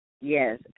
yes